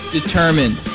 determined